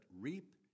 reap